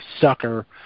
sucker